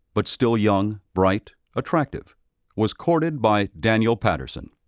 but still young, bright, attractive was courted by daniel patterson,